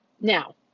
Now